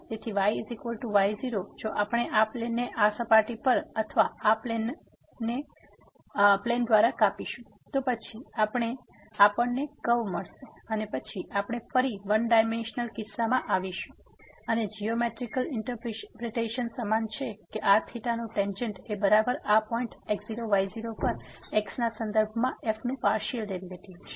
તેથી yy0 જો આપણે આ પ્લેન ને આ સપાટી પર અથવા આ પ્લેનન દ્વારા કાપીશું તો પછી આપણને કર્વ મળશે અને પછી આપણે ફરી વન ડાઈમેન્સનલ કિસ્સામાં આવીશું અને જીયોમેટ્રીકલ ઇન્ટરપ્રિટેશન સમાન છે કે આ થિટાનું ટેંજેન્ટ એ બરાબર આ પોઈન્ટx0 y0 પર x ના સંદર્ભમાં f નું પાર્સીઅલ ડેરીવેટીવ છે